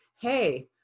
hey